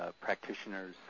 practitioners